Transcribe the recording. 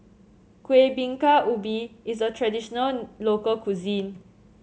Kueh Bingka Ubi is a traditional local cuisine